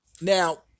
Now